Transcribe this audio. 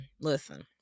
Listen